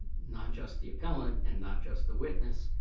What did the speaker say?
not just the appellant and not just the witness,